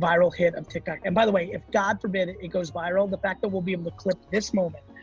viral hit on um tiktok. and by the way, if god forbid it goes viral, the fact that we'll be able to clip this moment,